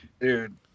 Dude